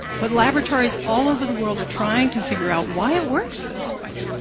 but laboratories all over the world are trying to figure out why it works this way.